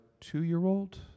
two-year-old